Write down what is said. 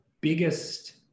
biggest